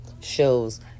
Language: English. shows